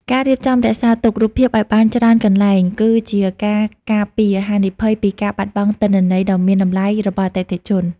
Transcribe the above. ការរៀបចំរក្សាទុក រូបភាពឱ្យបានច្រើនកន្លែង គឺជាការការពារហានិភ័យពីការបាត់បង់ទិន្នន័យដ៏មានតម្លៃរបស់អតិថិជន។